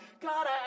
God